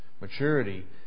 Maturity